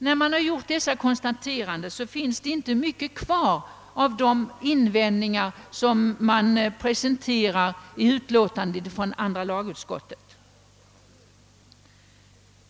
Sedan man gjort dessa konstateranden finns inte mycket kvar av de invändningar som man presenterar i utlåtandet från andra lagutskottet.